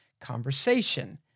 conversation